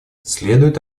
следует